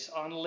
on